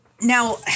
now